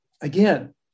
Again